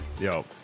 yo